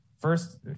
First